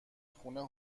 خونه